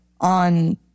on